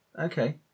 Okay